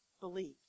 believed